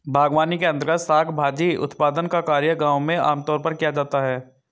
बागवानी के अंर्तगत शाक भाजी उत्पादन का कार्य गांव में आमतौर पर किया जाता है